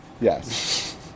Yes